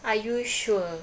are you sure